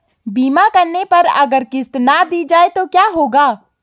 बीमा करने पर अगर किश्त ना दी जाये तो क्या होगा?